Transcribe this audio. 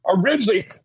Originally